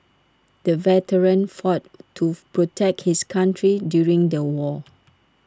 the veteran fought to protect his country during the war